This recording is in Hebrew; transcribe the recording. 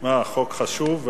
חוק מאוד חשוב.